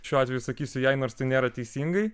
šiuo atveju sakysiu jai nors tai nėra teisingai